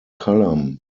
column